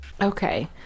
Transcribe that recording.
okay